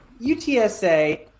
UTSA